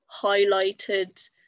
highlighted